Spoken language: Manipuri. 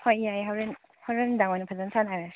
ꯍꯣꯏ ꯌꯥꯏ ꯍꯣꯔꯦꯟ ꯍꯣꯔꯦꯟ ꯅꯨꯡꯗꯥꯡ ꯑꯣꯏꯅ ꯐꯖꯅ ꯁꯥꯟꯅꯔꯁꯤ